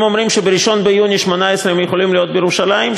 הם אומרים שב-1 ביוני 18' הם יכולים להיות בירושלים?